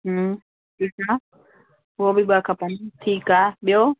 हूं ठीकु आहे उहो बि ॿ खपनि ठीकु आहे ॿियो